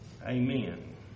Amen